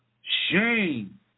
shame